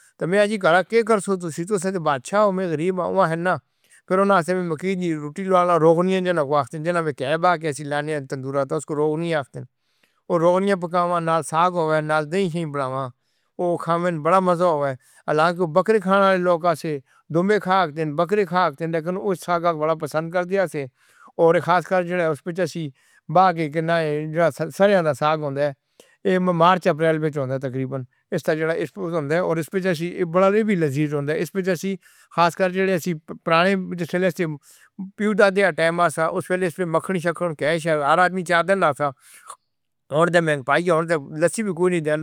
ہاں جی، ایہ سدا علاقہ مُنوں اچھا علاقہ ہے تے خاص کر ایسا جو ہے ناں۔ سردیاں وچ سردی صحیح ہوندی ہے تاں گرمیاں وچ مُڑی گرمی ہوندی ہے۔ سیکنڈ پہلے زیادہ گرمی نوں دی۔ ایسی تے پخیسا دی وجہ توں علاقے وچ نوں دے مطلب ایہ ایسا درختاں نے ایسی کٹائی ہوگی؟ جنگل ختم ہو گئے۔ وڈے بوٹیاں توں وڈے درشٹا ہوݨ توں اُنّت گرمی نوں دی ایسی اِستھ ہے۔ ڈراما وچ جیساکو بارا مہینے ہو گئے کٹ ہو گیا۔ ایہ جیسا مرلے او ٹِکے تاں پانی اوہ اُسے چفیری چِڑے اُسوں مرلے او چفیری ساگ دے تے وڈا لذیذ ہو دے۔ اوہ وڈا مشہور ساگ ہو دے ایہ گرمیاں وچ جو تھا اک ساگ ہو دے اُسکو ایسے اسی سوتا لګدے نیں اردو وچ شفٹا لګدے نیں۔ تاں کئی لوگاں کوں وی لوکاں